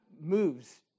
moves